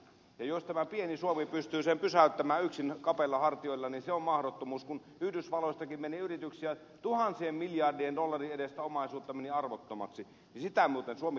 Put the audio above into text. jos tämä pieni suomi pystyy sen pysäyttämään yksin kapeilla hartioilla niin se on mahdottomuus kun yhdysvalloistakin meni yrityksiä tuhansien miljardien dollarien edestä meni omaisuutta arvottomaksi ja sitä muuten suomikaan ei pysty tulppaamaan